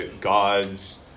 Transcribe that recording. God's